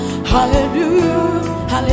Hallelujah